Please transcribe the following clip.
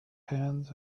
hands